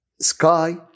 sky